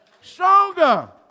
Stronger